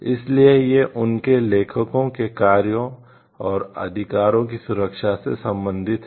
इसलिए यह उनके लेखकों के कार्यों और अधिकारों की सुरक्षा से संबंधित है